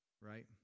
right